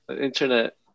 Internet